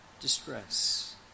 distress